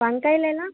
వంకాయలు ఎలా